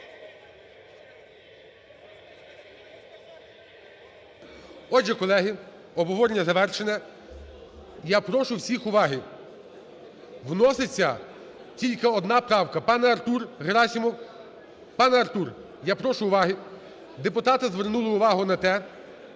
Отже, колеги, обговорення завершено. Я прошу всіх уваги. Вноситься тільки одна правка. Пане Артур Герасимов, пане Артур, я прошу уваги. Депутати звернули увагу на те,